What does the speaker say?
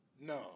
No